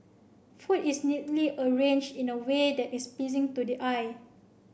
food is neatly arranged in a way that is pleasing to the eye